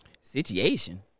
situation